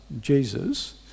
Jesus